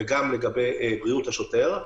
וגם לבריאות השוטר.